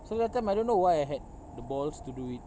so that time I don't know why I had the balls to do it